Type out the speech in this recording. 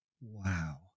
wow